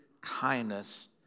kindness